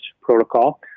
protocol